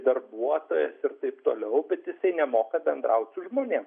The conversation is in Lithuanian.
darbuotojas ir taip toliau bet jisai nemoka bendraut su žmonėm